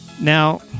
now